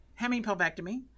Hemipelvectomy